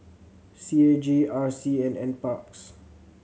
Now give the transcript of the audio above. C A G R C and Nparks